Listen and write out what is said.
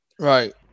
Right